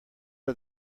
are